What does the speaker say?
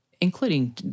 including